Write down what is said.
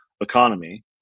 economy